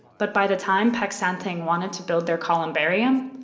but by the time peck san theng wanted to build their columbarium,